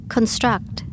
Construct